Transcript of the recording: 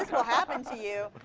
will happen to you.